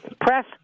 press